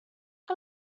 que